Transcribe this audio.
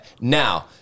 Now